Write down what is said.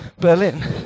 Berlin